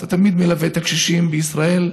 אתה תמיד מלווה את הקשישים בישראל.